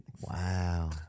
wow